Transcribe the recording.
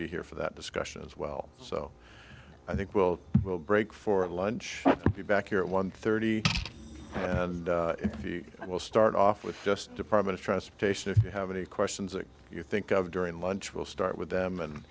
be here for that discussion as well so i think well we'll break for lunch be back here at one thirty and we'll start off with just department of transportation if you have any questions that you think of during lunch we'll start with them and